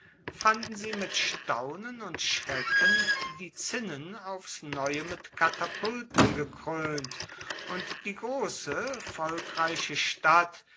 fanden sie mit staunen und schrecken die zinnen aufs neue mit katapulten gekrönt und die große volkreiche stadt